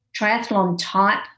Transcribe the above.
triathlon-type